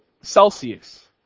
Celsius